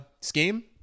scheme